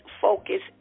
focus